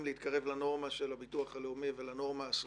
להתקרב לנורמה של הביטוח הלאומי ולנורמה הסבירה,